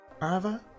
Arva